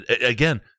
again